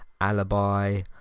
Alibi